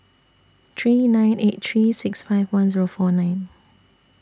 three nine eight three six five one Zero four nine